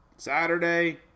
Saturday